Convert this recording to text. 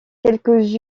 quelques